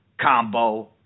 Combo